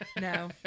no